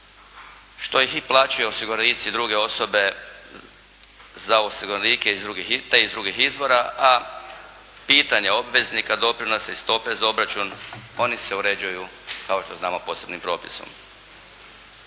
što ih i plaćaju osiguranici i druge osobe za osiguranike, te iz drugih izvora, a pitanje obveznika doprinosa i stope za obračun oni se uređuju kao što znamo posebnim propisom.